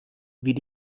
wie